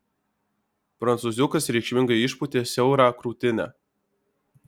prancūziukas reikšmingai išpūtė siaurą krūtinę